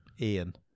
Ian